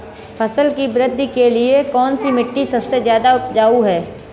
फसल की वृद्धि के लिए कौनसी मिट्टी सबसे ज्यादा उपजाऊ है?